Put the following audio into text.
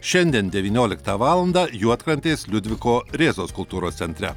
šiandien devynioliktą valandą juodkrantės liudviko rėzos kultūros centre